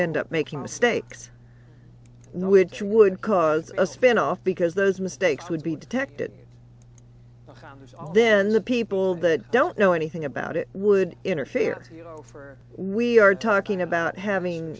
end up making mistakes which would cause a spin off because those mistakes would be detected welcomes all then the people that don't know anything about it would interfere you know for we are talking about having